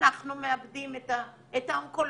אנחנו מאבדים את האונקולוגים,